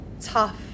tough